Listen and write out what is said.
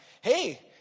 hey